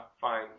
fine